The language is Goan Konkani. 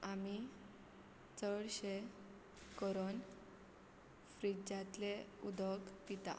आमी चडशें करून फ्रिजातलें उदोक पिता